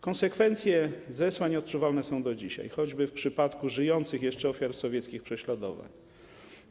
Konsekwencje zesłań odczuwalne są do dzisiaj, choćby w przypadku żyjących jeszcze ofiar sowieckich prześladowań.